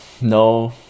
No